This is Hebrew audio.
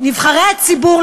נבחרי הציבור,